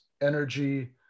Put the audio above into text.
energy